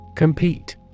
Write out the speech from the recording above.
Compete